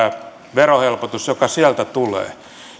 verohelpotus joka sieltä tulee